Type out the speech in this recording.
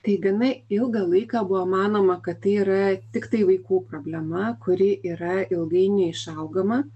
tai gana ilgą laiką buvo manoma kad tai yra tiktai vaikų problema kuri yra ilgainiui išaugama